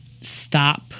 stop